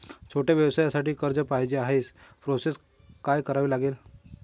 छोट्या व्यवसायासाठी कर्ज पाहिजे आहे प्रोसेस काय करावी लागेल?